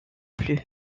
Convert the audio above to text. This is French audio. plus